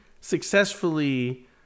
successfully